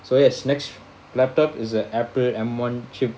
so you have snakes laptop is a apple M one chip